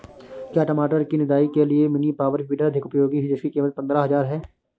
क्या टमाटर की निदाई के लिए मिनी पावर वीडर अधिक उपयोगी है जिसकी कीमत पंद्रह हजार है?